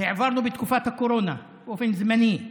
העברנו בתקופת הקורונה באופן זמני.